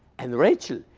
and rachel,